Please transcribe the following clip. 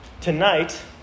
tonight